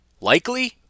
Likely